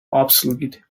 obsolete